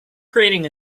creating